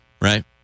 Right